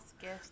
gift